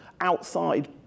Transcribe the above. outside